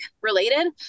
related